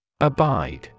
Abide